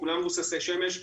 כולם מבוססי שמש,